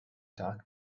talk